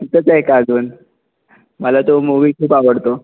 तिथंच आहे का अजून मला तो मुवी खूप आवडतो